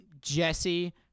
Jesse